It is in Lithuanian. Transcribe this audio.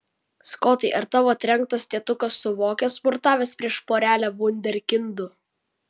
skotai ar tavo trenktas tėtukas suvokė smurtavęs prieš porelę vunderkindų